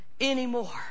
anymore